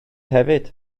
hefyd